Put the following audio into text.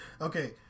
Okay